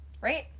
right